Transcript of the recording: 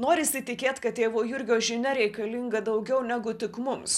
norisi tikėt kad tėvo jurgio žinia reikalinga daugiau negu tik mums